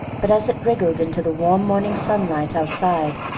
but as it wriggled into the warm morning sunlight outside,